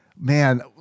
man